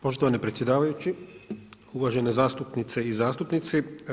Poštovani predsjedavajući, uvažene zastupnice i zastupnici.